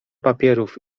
papierów